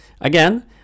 again